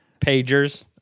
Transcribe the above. Pagers